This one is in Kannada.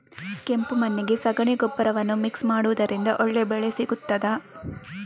ಕೆಂಪು ಮಣ್ಣಿಗೆ ಸಗಣಿ ಗೊಬ್ಬರವನ್ನು ಮಿಕ್ಸ್ ಮಾಡುವುದರಿಂದ ಒಳ್ಳೆ ಬೆಳೆ ಸಿಗುತ್ತದಾ?